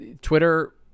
Twitter